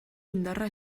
indarra